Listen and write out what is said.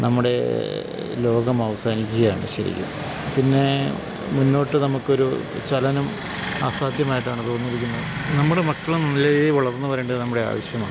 നമ്മുടെ ലോകം അവസാനിക്കുകയാണ് ശെരിക്കും പിന്നേ മുന്നോട്ട് നമുക്കൊരു ചലനം അസാധ്യമായിട്ടാണ് തോന്നിയിരിക്കുന്നത് നമ്മുടെ മക്കളും നല്ലരീതിയിൽ വളർന്ന് വരേണ്ടത് നമ്മുടെ ആവശ്യമാണ്